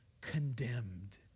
Condemned